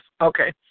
Okay